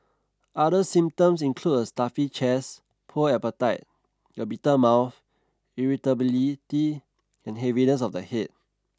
other symptoms include a stuffy chest poor appetite a bitter mouth irritability and heaviness of the head